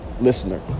listener